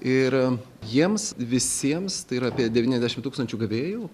ir jiems visiems tai yra apie devyniasdešim tūkstančių gavėjų